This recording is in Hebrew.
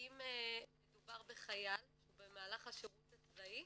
אם מדובר בחייל שהוא במהלך השירות הצבאי,